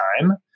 time